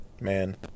man